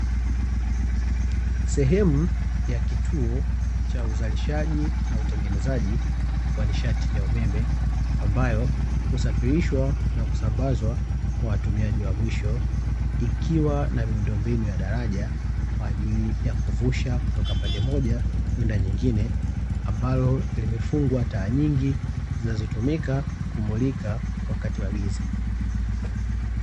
Sehemu ya kituo cha uzalishaji na utengenezaji wa nishati ya umeme, ambayo husafirishwa na kusambazwa kwa watumiaji wa mwisho, ikiwa na miundombinu ya daraja kwa ajili ya kuvusha kutoka pande moja kwenda nyingine, ambayo imefungwa taa nyingi zinazotumika kumulika wakati wa giza.